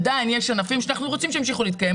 עדיין יש ענפים שאנחנו רוצים שימשיכו להתקיים,